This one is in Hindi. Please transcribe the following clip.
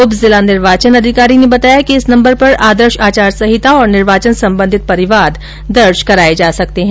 उप जिला निर्वाचन अधिकारी ने बताया कि इस नम्बर पर आदर्श आचार संहिता और निर्वाचन संबंधित परिवाद दर्ज कराये जा सकते है